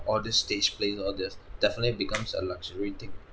all these stage plays all these definitely becomes a luxury thing